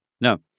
No